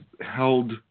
held